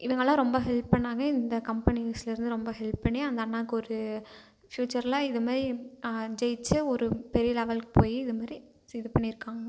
இவங்கள் எல்லாம் ரொம்ப ஹெல்ப் பண்ணாங்க இந்த கம்பெனிஸ்லிருந்து ரொம்ப ஹெல்ப் பண்ணி அந்த அண்ணாக்கு ஒரு ஃபியூச்சரில் இது மாதிரி ஜெயிச்சு ஒரு பெரிய லெவலுக்கு போய் இது மாதிரி இது பண்ணி இருக்காங்க